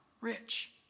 rich